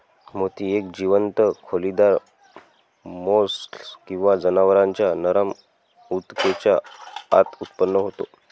मोती एक जीवंत खोलीदार मोल्स्क किंवा जनावरांच्या नरम ऊतकेच्या आत उत्पन्न होतो